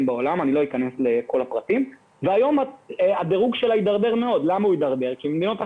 בעולם והיום הדירוג התדרדר מאוד כי מדינות אחרות,